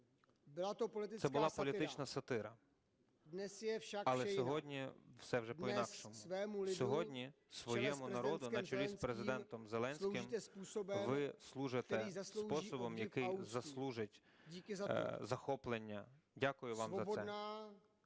це була політична сатира. Але сьогодні все вже по-інакшому. Сьогодні своєму народу на чолі з Президентом Зеленським ви служите способом, який заслужить захоплення. Дякую вам за це.